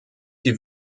die